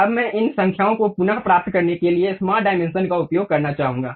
अब मैं इन संख्याओं को पुनः प्राप्त करने के लिए स्मार्ट डायमेंशन का उपयोग करना चाहूंगा